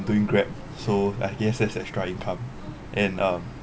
doing grab so ah yes that's extra income and um